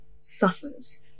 suffers